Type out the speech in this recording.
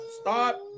stop